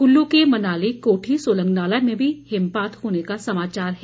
कुल्लू के मनाली कोठी सोलंगनाला में भी हिमपात होने का समाचार है